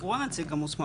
הוא הנציג המוסמך.